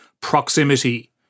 proximity